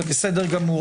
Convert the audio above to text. זה בסדר גמור,